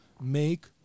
make